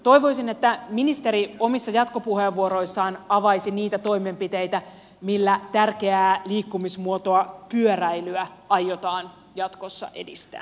toivoisin että ministeri omissa jatkopuheenvuoroissaan avaisi niitä toimenpiteitä millä tärkeää liikkumismuotoa pyöräilyä aiotaan jatkossa edistää